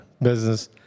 business